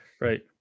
right